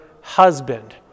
husband